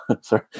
sorry